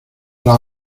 las